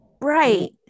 Right